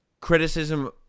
criticism